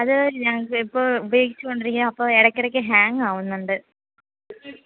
അത് ഞങ്ങൾക്ക് ഇപ്പോൾ ഉപയോഗിച്ചോണ്ടിരിക്കുക അപ്പം ഇടയ്ക്കിടയ്ക്ക് ഹാങ് ആവുന്നുണ്ട്